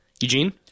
Eugene